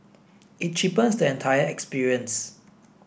it cheapens the entire experience